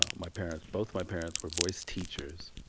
ah my parents both my parents were voice teachers.